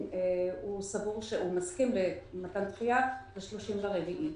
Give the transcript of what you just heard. שהוא מסכים למתן דחייה ל-30 באפריל,